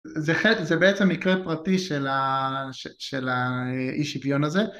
זה בעצם מקרה פרטי של האי-שוויון הזה